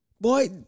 boy